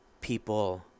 people